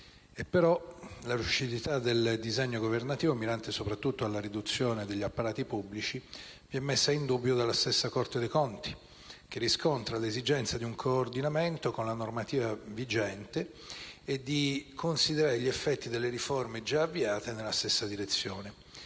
la lucidità del disegno governativo, mirante soprattutto alla riduzione degli apparati pubblici, è messa in dubbio dalla stessa Corte dei conti, che riscontra l'esigenza di un coordinamento con la normativa vigente e di considerare gli effetti delle riforme già avviate nella stessa direzione.